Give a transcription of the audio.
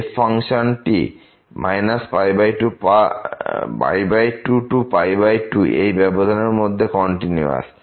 f ফাংশনটি 22 এই ব্যবধান এর মধ্যে কন্টিনিউয়াস